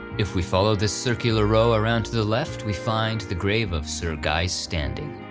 if we follow this circular row around to the left we find the grave of sir guy standing.